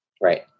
Right